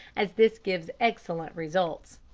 as this gives excellent results.